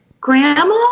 Grandma